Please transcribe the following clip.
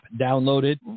downloaded